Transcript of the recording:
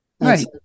Right